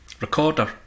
Recorder